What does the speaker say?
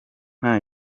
nta